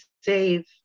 save